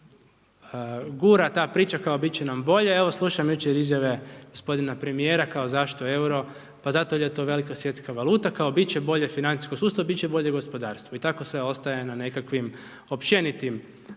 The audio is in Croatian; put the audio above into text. gura ta priča kao bit će nam bolje, evo slušam jučer izjave g. premijera, kao zašto euro, pa zato jer je to velika svjetska valuta, kao bit će bolje financijskom sustavu, bit će bolje gospodarstvu i tako sve ostaje na nekakvim općenitim